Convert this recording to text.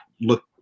look